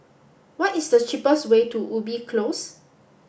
what is the cheapest way to Ubi Close